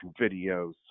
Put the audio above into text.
videos